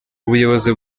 ubuyobozi